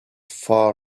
far